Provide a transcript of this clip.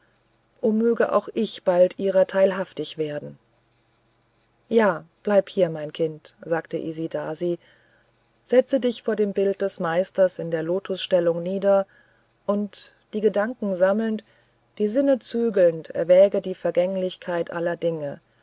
o möge auch ich bald ihrer teilhaft werden ja bleibe hier mein kind sagte isidasi setze dich vor dem bilde des meisters in der lotusstellung nieder und die gedanken sammelnd die sinne zügelnd erwäge die vergänglichkeit aller dinge